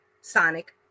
Sonic